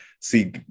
see